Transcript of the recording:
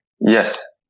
Yes